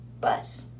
bus